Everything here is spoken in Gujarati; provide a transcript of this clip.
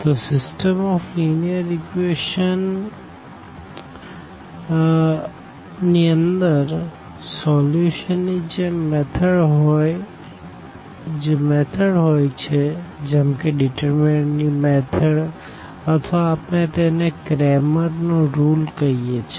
તો સીસ્ટમ ઓફ લીનીઅર ઇક્વેશંસ માંસોલ્યુશન ની જે મેથડ હોઈ છે જેમ કે ડીટરમીનન્ટ ની મેથડ અથવા આપણે તેને ક્રેમરCramer's નો રુલ કહીએ છે